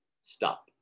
stop